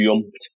jumped